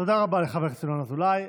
תודה רבה לחבר הכנסת ינון אזולאי.